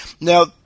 Now